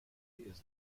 littered